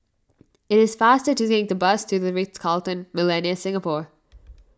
it is faster to take the bus to the Ritz Carlton Millenia Singapore